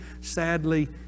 sadly